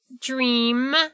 dream